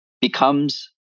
becomes